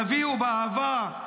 תביאו באהבה,